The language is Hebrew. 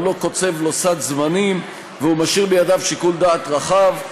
לא קוצב לו סד זמנים והוא משאיר בידיו שיקול דעת רחב.